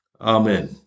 Amen